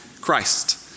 Christ